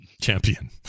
champion